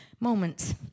moments